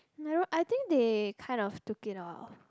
no I think they kind of took it off